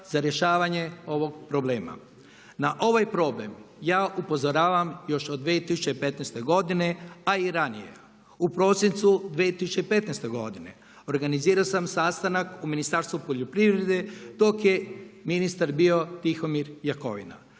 za rješavanje ovog problema. Na ovaj problem ja upozoravam još od 2015. godine a i ranije. U prosincu 2015. godine organizirao sam sastanak u Ministarstvu poljoprivrede dok je ministar bio Tihomir Jakovina.